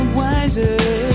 wiser